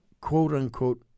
quote-unquote